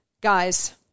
Guys